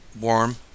warm